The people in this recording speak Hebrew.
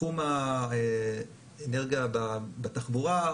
תחום האנרגיה בתחבורה,